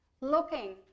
looking